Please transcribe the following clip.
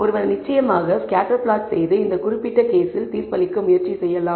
ஒருவர் நிச்சயமாக scatter plots செய்து இந்த குறிப்பிட்ட கேஸில் தீர்ப்பளிக்க முயற்சி செய்யலாம்